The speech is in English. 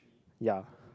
ya